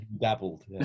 Dabbled